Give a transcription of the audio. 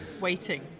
waiting